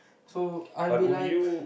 so I'll be like